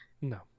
No